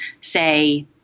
say